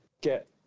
get –